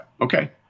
Okay